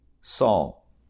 Saul